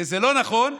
זה לא נכון,